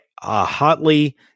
hotly